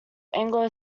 anglo